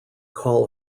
call